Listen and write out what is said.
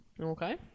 Okay